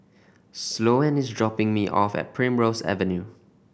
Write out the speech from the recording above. Sloane is dropping me off at Primrose Avenue